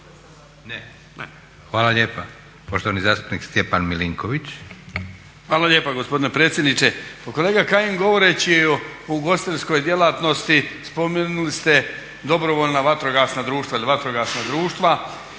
Ne? Hvala lijepa. Poštovani zastupnik Stjepan Milinković. **Milinković, Stjepan (HDZ)** Hvala lijepa gospodine predsjedniče. Pa kolega Kajin, govoreći o ugostiteljskoj djelatnosti spomenuli ste dobrovoljna vatrogasna društva